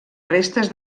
restes